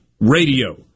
Radio